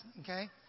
Okay